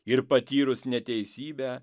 ir patyrus neteisybę